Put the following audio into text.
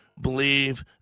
believe